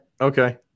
Okay